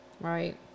Right